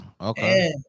okay